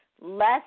less